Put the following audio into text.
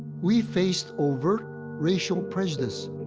we faced overt racial prejudice.